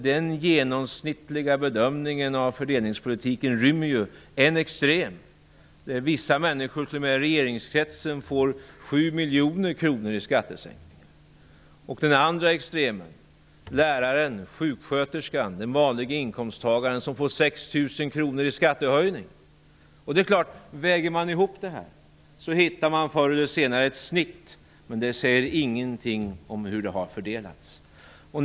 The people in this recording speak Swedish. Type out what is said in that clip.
Den genomsnittliga bedömningen av fördelningspolitiken rymmer ju två extremer: Vissa människor t.o.m. i regeringskretsen får 7 miljoner kronor i skattesänkningar, medan läraren, sjuksköterskan, den vanlige inkomsttagaren får 6 000 kr i skattehöjning. Väger man ihop detta hittar man naturligtvis förr eller senare ett snitt, men det säger ingenting om fördelningen.